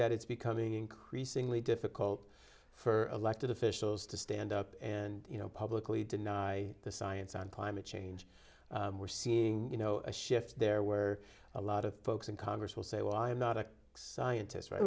that it's becoming increasingly difficult for elected officials to stand up and you know publicly deny the science on climate change we're seeing you know a shift there were a lot of folks in congress will say well i'm not a scientist right